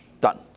Done